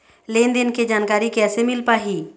लेन देन के जानकारी कैसे मिल पाही?